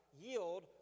yield